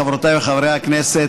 חברותיי וחבריי חברי הכנסת,